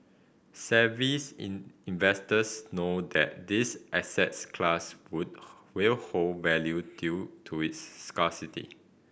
savvy investors know that this assets class would will hold value due to its scarcity